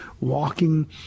walking